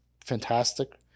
fantastic